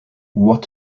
what